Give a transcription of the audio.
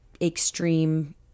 extreme